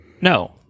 No